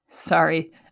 Sorry